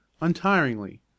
untiringly